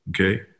Okay